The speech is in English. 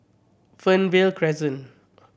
Fernvale Crescent